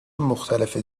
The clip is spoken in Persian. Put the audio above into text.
مختلف